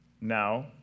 now